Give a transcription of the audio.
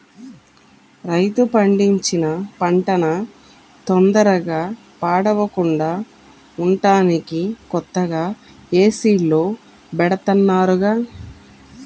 రైతు పండించిన పంటన తొందరగా పాడవకుండా ఉంటానికి కొత్తగా ఏసీల్లో బెడతన్నారుగా